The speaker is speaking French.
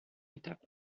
étape